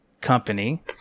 company